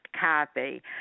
copy